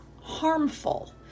harmful